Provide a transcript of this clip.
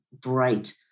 bright